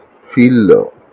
feel